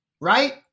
right